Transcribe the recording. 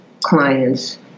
clients